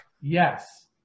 Yes